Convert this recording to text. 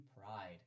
Pride